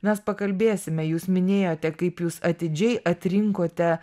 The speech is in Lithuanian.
mes pakalbėsime jūs minėjote kaip jūs atidžiai atrinkote